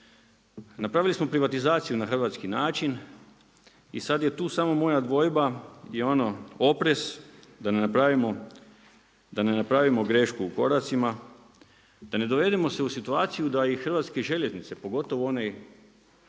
Napravili smo privatizaciju na hrvatski način, i sad je tu samo moja dvojba, je ono oprez da ne napravimo grešku u koracima, da ne dovedemo se u situaciju da i Hrvatske željeznice, pogotovo onaj